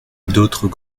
d’autres